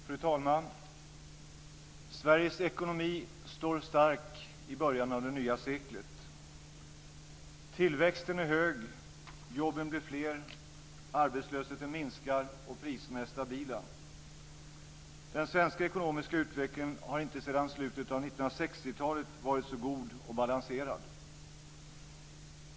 Fru talman! Sveriges ekonomi står stark i början av det nya seklet. Tillväxten är hög, jobben blir fler, arbetslösheten minskar och priserna är stabila. Den svenska ekonomiska utvecklingen har inte sedan slutet av 1960-talet varit så god och balanserad.